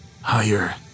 Higher